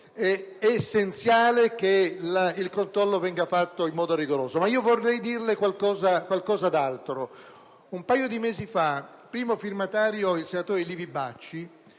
è essenziale che il controllo sia fatto in modo rigoroso. Vorrei però aggiungere qualcos'altro: un paio di mesi fa, primo firmatario il senatore Livi Bacci,